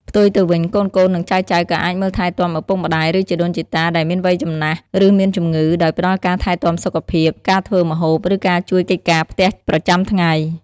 ផ្ទុយទៅវិញ កូនៗ និងចៅៗក៏អាចមើលថែទាំឪពុកម្តាយ ឬជីដូនជីតាដែលមានវ័យចំណាស់ ឬមានជំងឺ ដោយផ្តល់ការថែទាំសុខភាព ការធ្វើម្ហូប ឬការជួយកិច្ចការផ្ទះប្រចាំថ្ងៃ។